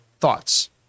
thoughts